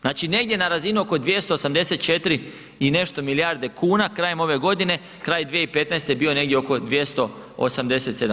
Znači negdje na razini oko 284 i nešto milijarde kuna, krajem ove godine, kraj 2015. je bio negdje oko 287.